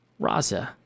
Raza